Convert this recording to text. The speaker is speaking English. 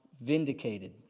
vindicated